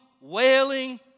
wailing